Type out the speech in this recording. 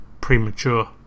premature